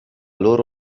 loro